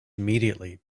immediately